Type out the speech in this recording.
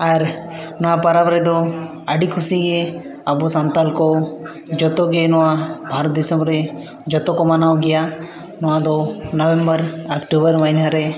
ᱟᱨ ᱱᱚᱣᱟ ᱯᱚᱨᱚᱵᱽ ᱨᱮᱫᱚ ᱟᱹᱰᱤ ᱠᱷᱩᱥᱤ ᱟᱵᱚ ᱥᱟᱱᱛᱟᱲ ᱠᱚ ᱡᱚᱛᱚ ᱜᱮ ᱱᱚᱣᱟ ᱵᱷᱟᱨᱚᱛ ᱫᱤᱥᱚᱢ ᱨᱮ ᱡᱚᱛᱚ ᱠᱚ ᱢᱟᱱᱟᱣ ᱜᱮᱭᱟ ᱱᱚᱣᱟ ᱫᱚ ᱱᱚᱵᱷᱮᱢᱵᱚᱨᱼᱚᱠᱴᱳᱵᱚᱨ ᱢᱟᱹᱦᱤᱱᱟᱹ ᱨᱮ